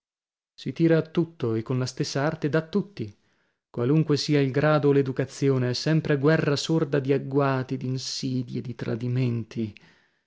si tira a tutto e con la stessa arte da tutti qualunque sia il grado o l'educazione è sempre guerra sorda di agguati d'insidie di tradimenti